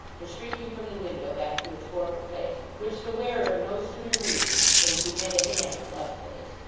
and shrinking from the window back to its former place, which the wearer no sooner reached than he began to hammer lustily.